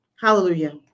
Hallelujah